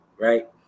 right